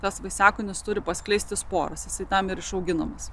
tas vaisiakūnis turi paskleisti sporas jisai tam ir išauginamas